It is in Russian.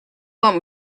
вам